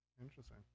Interesting